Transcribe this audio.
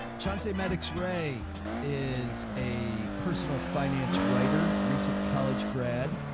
chauncey maddix gray is a personal finance writer. recent college grad.